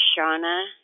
Shauna